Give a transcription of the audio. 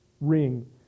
ring